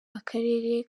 akarere